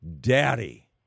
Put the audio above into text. daddy